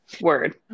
word